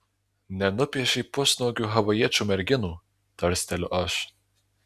nenupiešei pusnuogių havajiečių merginų tarsteliu aš